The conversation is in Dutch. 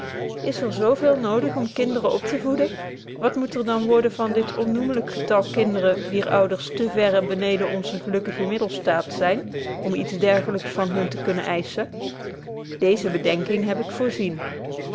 is er zo veel nodig om kinderen op te voeden wat moet er dan worden van dit onnoemlyk getal kinderen wier ouders te verre beneden onzen gelukkigen middelstaat zyn om iets dergelyks van hun te kunnen eisschen deeze bedenking heb ik